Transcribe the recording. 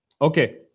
Okay